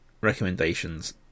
recommendations